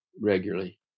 regularly